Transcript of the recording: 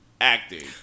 Acting